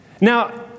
Now